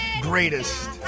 greatest